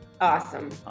Awesome